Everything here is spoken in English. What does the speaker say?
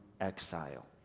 exile